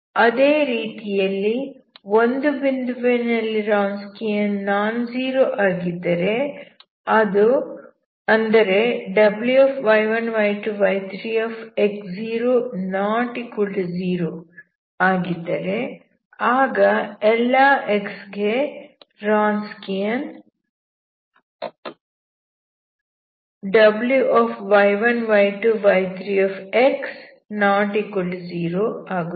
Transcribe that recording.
ಅದೇ ರೀತಿಯಲ್ಲಿ ಒಂದು ಬಿಂದುವಿನಲ್ಲಿ ರಾನ್ಸ್ಕಿಯನ್ ನಾನ್ ಝೀರೋ ಆಗಿದ್ದರೆ ಅಂದರೆ Wy1 y2 y3x0≠0 ಆಗಿದ್ದರೆ ಆಗ ∀x ಗೆ ರಾನ್ಸ್ಕಿಯನ್ Wy1 y2 y3x≠0 ಆಗುತ್ತದೆ